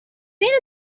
need